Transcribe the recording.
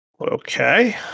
Okay